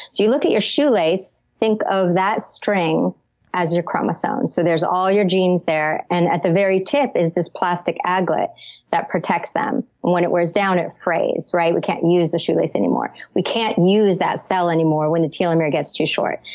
you look at your shoelace. think of that string as your chromosomes, so there's all your genes there. and at the very tip is this plastic aglet that protects them. when it wears down, it frays, right? we can't use the shoelace anymore. we can't use that cell anymore, when the telomere gets too short.